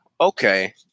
Okay